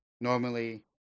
normally